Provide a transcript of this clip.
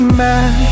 man